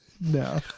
No